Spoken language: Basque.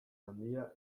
handia